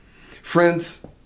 Friends